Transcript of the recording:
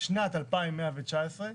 שנת 2119,